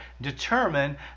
determine